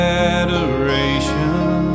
adoration